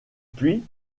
puis